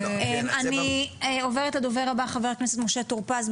אני עוברת לדובר הבא חה"כ משה טורפז,